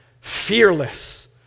fearless